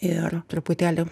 ir truputėlį